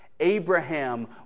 Abraham